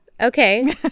Okay